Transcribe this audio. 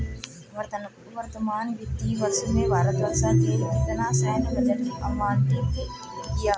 वर्तमान वित्तीय वर्ष में भारत सरकार ने कितना सैन्य बजट आवंटित किया?